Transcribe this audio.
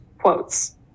quotes